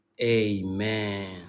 amen